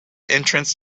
entrance